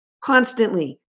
constantly